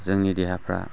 जोंनि देहाफ्रा